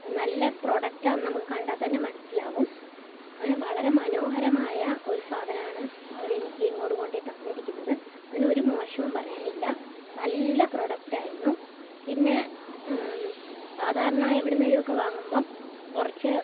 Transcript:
നല്ല പ്രൊഡക്റ്റാണെന്ന് നമുക്ക് കണ്ടാൽത്തന്നെ മനസ്സിലാകും അങ്ങനെ വളരെ മനോഹരമായ ഒരു സാധനമാണ് അവരെനിക്ക് ഇങ്ങോട്ട് കൊണ്ടുതന്നിരിക്കുന്നത് അതിൽ ഒരു മോശവും പറയാനില്ല നല്ല പ്രൊഡക്റ്റായിരുന്നു പിന്നെ സാധാരണ എവിടുന്നെങ്കിലുമൊക്കെ വാങ്ങുമ്പോൾ കുറച്ച്